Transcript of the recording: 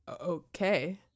Okay